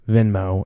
Venmo